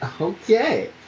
Okay